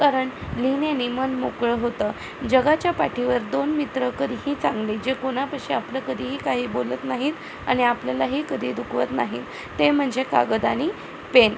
कारण लिहिण्याने मन मोकळं होतं जगाच्या पाठीवर दोन मित्र कधीही चांगले जे कोणापाशी आपलं कधीही काही बोलत नाहीत आणि आपल्यालाही कधी दुखवत नाहीत ते म्हणजे कागद आणि पेन